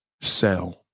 sell